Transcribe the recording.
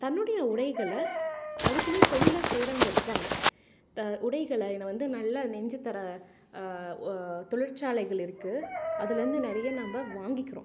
தன்னுடைய உடைகளை அதுக்குனே தொழிலா செய்கிறவங்க இருக்காங்க உடைகளை என்ன வந்து நல்லா நெஞ்சு தர தொழிற்சாலைகள் இருக்குது அதிலேருந்து நிறைய நம்ம வாங்கிக்கிறோம்